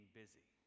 busy